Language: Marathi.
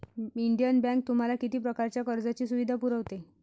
इंडियन बँक तुम्हाला किती प्रकारच्या कर्ज सुविधा पुरवते?